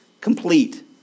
Complete